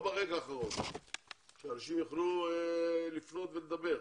שלא תפורסם ברגע האחרון כך שאנשים יוכלו לפנות ולברר.